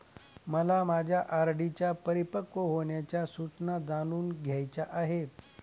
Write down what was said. मला माझ्या आर.डी च्या परिपक्व होण्याच्या सूचना जाणून घ्यायच्या आहेत